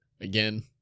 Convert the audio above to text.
again